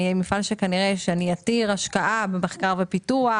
אני מפעל שכנראה אני עתיר השקעה במחקר ופיתוח,